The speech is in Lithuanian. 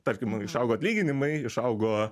tarkim išaugo atlyginimai išaugo